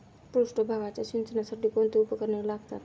पृष्ठभागाच्या सिंचनासाठी कोणती उपकरणे लागतात?